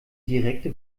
direkte